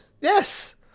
yes